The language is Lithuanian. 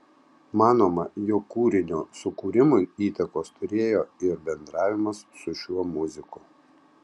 manoma jog kūrinio sukūrimui įtakos turėjo ir bendravimas su šiuo muziku